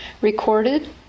Recorded